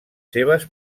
seves